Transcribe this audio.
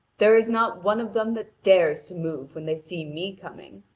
there is not one of them that dares to move when they see me coming.